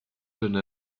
jeune